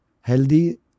healthy